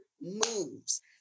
moves